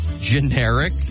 generic